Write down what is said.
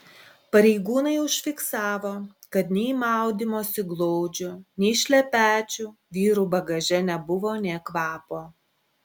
pareigūnai užfiksavo kad nei maudymosi glaudžių nei šlepečių vyrų bagaže nebuvo nė kvapo